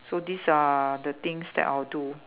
so these are the things that I'll do